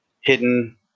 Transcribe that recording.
hidden